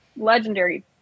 Legendary